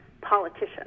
politician